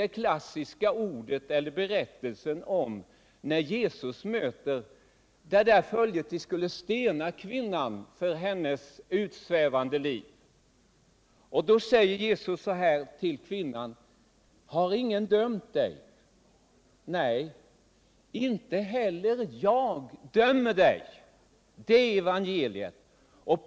Den finner vi i berättelsen om hur Jesus möter det följe som skulle stena en kvinna för att hon fört ett utsvävande liv. Jesus frågade kvinnan: ”Har ingen dömt dig?” Hon svarade: ”Herre, ingen.” Då sade han till henne: ”Icke heller jag dömer dig.” Det är evangeliet.